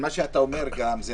דוד האן, מה שאתה אומר הוא נכון,